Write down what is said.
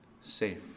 safe